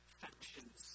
factions